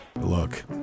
Look